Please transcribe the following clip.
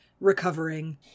Recovering